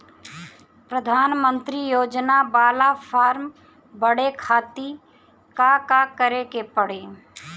प्रधानमंत्री योजना बाला फर्म बड़े खाति का का करे के पड़ी?